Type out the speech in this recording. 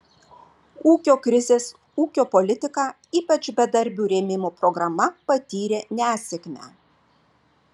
ūkio krizės ūkio politika ypač bedarbių rėmimo programa patyrė nesėkmę